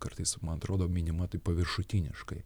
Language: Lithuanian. kartais man atrodo minima taip paviršutiniškai